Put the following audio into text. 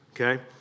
okay